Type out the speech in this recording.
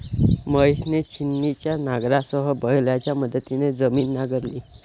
महेशने छिन्नीच्या नांगरासह बैलांच्या मदतीने जमीन नांगरली